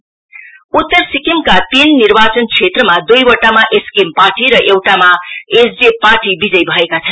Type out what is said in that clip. election north उत्तर सिक्किमका तीन निर्वाचन क्षेत्रमा दुईवटामा एसकेएम पार्टी र एउटामा एसडिएफ पार्टी विजय भएका छन्